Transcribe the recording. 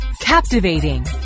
Captivating